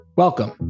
Welcome